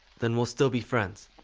then we'll still be friends.